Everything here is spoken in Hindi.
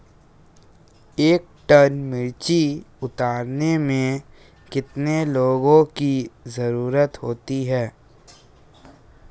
एक टन मिर्ची उतारने में कितने लोगों की ज़रुरत होती है?